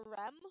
rem